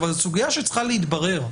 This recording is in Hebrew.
אבל זאת סוגיה שצריכה להתברר,